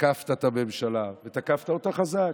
תקפת את הממשלה ותקפת אותה חזק.